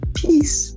peace